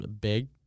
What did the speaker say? big